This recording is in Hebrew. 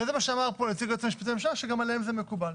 זה מה שאמר פה נציג היועץ המשפטי לממשלה שגם עליהם זה מקובל.